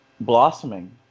blossoming